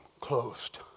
closed